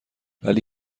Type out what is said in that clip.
ولی